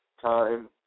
time